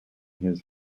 his